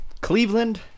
Cleveland